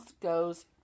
goes